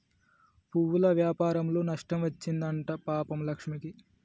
పువ్వుల వ్యాపారంలో నష్టం వచ్చింది అంట పాపం లక్ష్మికి